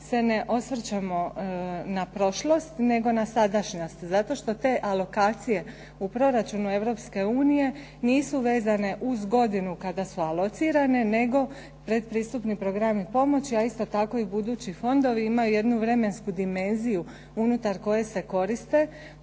se ne osvrćemo na prošlost nego na sadašnjost zato što alokacije u proračunu Europske unije nisu vezane uz godinu kada su alocirane nego pretpristupni programi pomoći, a isto tako i budući fondovi imaju jednu vremensku dimenziju unutar koje se koriste